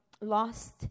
lost